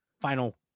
final